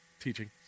teaching